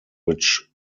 which